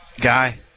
guy